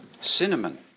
Cinnamon